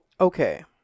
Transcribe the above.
Okay